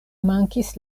mankis